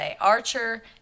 Archer